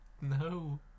no